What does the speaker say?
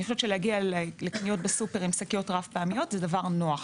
להגיע לסופר עם שקיות רב פעמיות זה נוח.